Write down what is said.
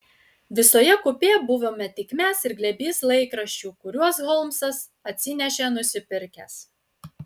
visoje kupė buvome tik mes ir glėbys laikraščių kuriuos holmsas atsinešė nusipirkęs